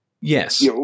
Yes